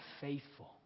faithful